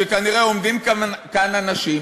שכנראה עומדים כאן אנשים